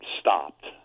stopped